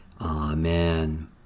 Amen